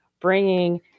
bringing